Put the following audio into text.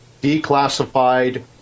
declassified